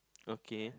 okay